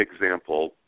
example